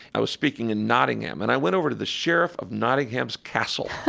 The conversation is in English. i was speaking in nottingham. and i went over to the sheriff of nottingham's castle,